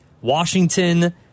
Washington